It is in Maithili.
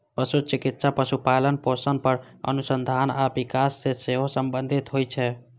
पशु चिकित्सा पशुपालन, पोषण पर अनुसंधान आ विकास सं सेहो संबंधित होइ छै